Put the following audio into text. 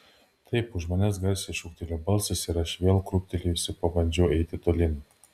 taip už manęs garsiai šūktelėjo balsas ir aš vėl krūptelėjusi pabandžiau eiti tolyn